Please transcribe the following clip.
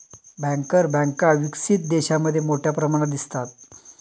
banker बँका विकसित देशांमध्ये मोठ्या प्रमाणात दिसतात